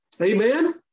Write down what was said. Amen